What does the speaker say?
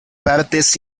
partes